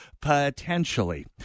potentially